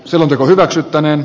lakiehdotus hylätään